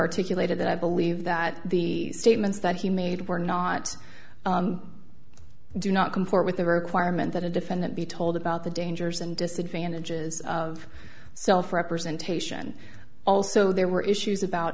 articulated that i believe that the statements that he made were not do not comport with the requirement that a defendant be told about the dangers and disadvantages of self representation also there were issues about